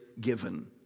given